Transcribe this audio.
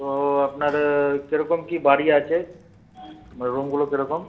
তো আপনার কিরকম কি বাড়ি আছে মানে রুমগুলো কেরকম